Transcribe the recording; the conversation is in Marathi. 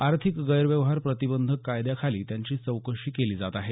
आर्थीक गैरव्यव्हार प्रतिबंधक कायद्याखाली त्यांची चौकशी केली जात आहे